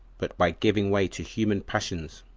but by giving way to human passions,